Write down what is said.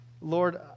Lord